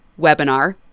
webinar